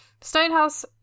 Stonehouse